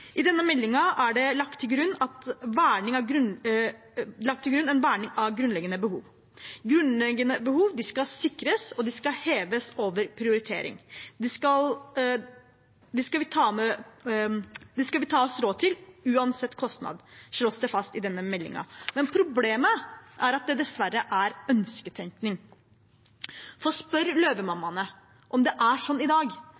er underfinansierte. I denne meldingen er det lagt til grunn en verning av grunnleggende behov; grunnleggende behov skal sikres og heves over prioritering. Det skal vi ta oss råd til uansett kostnad, slås det fast i denne meldingen. Problemet er at det dessverre er ønsketenkning. Spør Løvemammaene om det er sånn i dag,